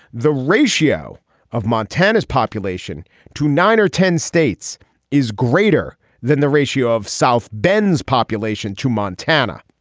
the ratio of montana's population to nine or ten states is greater than the ratio of south bend population to montana.